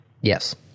Yes